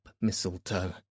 mistletoe